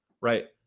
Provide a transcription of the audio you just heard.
right